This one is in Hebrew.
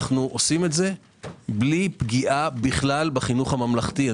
אנו עושים זאת בלי פגיעה בכלל בחינוך הממלכתי.